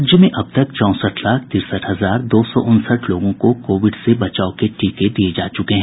राज्य में अब तक चौसठ लाख तिरसठ हजार दो सौ उनसठ लोगों को कोविड से बचाव के टीके दिये जा चुके हैं